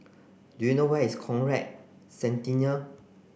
do you know where is Conrad Centennial